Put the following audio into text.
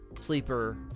Sleeper